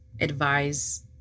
advise